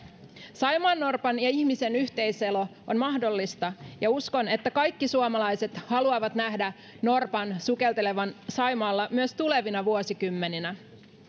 saimaannorpan ja ihmisen yhteiselo on mahdollista ja uskon että kaikki suomalaiset haluavat nähdä norpan sukeltelevan saimaalla myös tulevina vuosikymmeninä